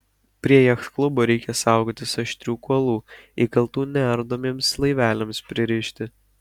prie jachtklubo reikia saugotis aštrių kuolų įkaltų neardomiems laiveliams pririšti